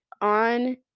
on